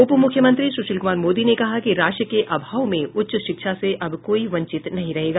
उपमुख्यमंत्री स्शील क्मार मोदी ने कहा कि राशि के अभाव में उच्च शिक्षा से अब कोई वंचित नहीं रहेगा